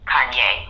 Kanye